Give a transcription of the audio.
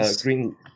green